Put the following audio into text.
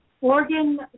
Organ